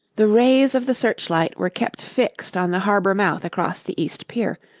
the rays of the searchlight were kept fixed on the harbour mouth across the east pier,